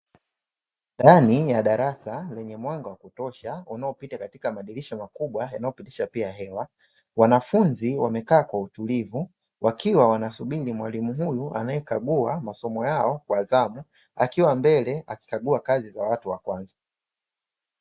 Ndani ya darasa lenye mwanga wa kutosha unaopita katika madirisha makubwa yanayopitisha pia hewa, wanafunzi wamekaa kwa utulivu wakiwa wanasubiri mwalimu huyu anayekagua masomo yao kwa zamu akiwa mbele akikagua kazi za watu wa kwanza.